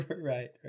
Right